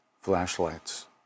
flashlights